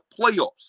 playoffs